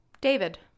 David